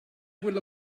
quella